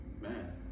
man